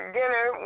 dinner